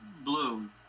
blue